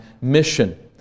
mission